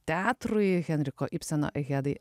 teatrui henriko ibseno ehedai